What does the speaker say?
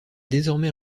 désormais